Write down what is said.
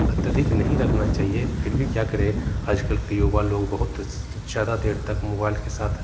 अत्यधिक नहीं रखना चाहिए फिर भी क्या करे आजकल के युवा लोग बहुत ज़्यादा देर तक मोबाइल के साथ